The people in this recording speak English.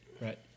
Right